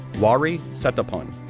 waree sethapun,